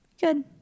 Good